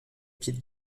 pied